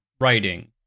writing